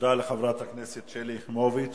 תודה לחברת הכנסת שלי יחימוביץ.